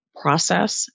process